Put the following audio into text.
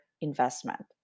investment